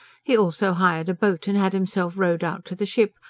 he also hired a boat and had himself rowed out to the ship,